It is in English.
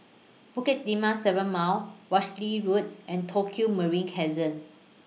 Bukit Timah seven Mile Walshe Road and Tokio Marine